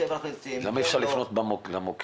למה אי אפשר לפנות למוקד?